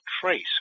trace